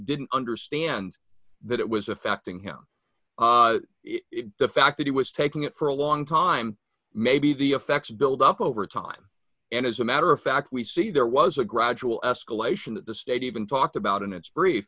didn't understand that it was affecting him the fact that he was taking it for a long time maybe the effects build up over time and as a matter of fact we see there was a gradual escalation that the state even talked about in its